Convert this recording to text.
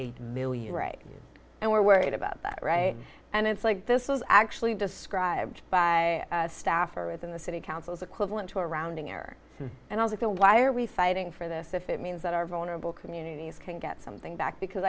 eight million right and we're worried about that right and it's like this was actually described by a staffer within the city council is equivalent to a rounding error and also why are we fighting for this if it means that our vulnerable communities can get something back because